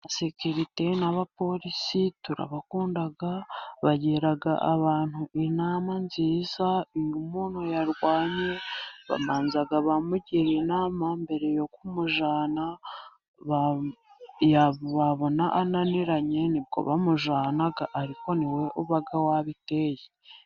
Abasekirite n'abapolisi turabakunda, bagira abantu inama nziza, iyo muntu yarwanye, babanza bamugira inama mbere yo kumujyana, babona ananiranye nibwo bamujyana, ariko niwe uba wabiteye.